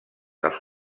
els